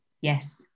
yes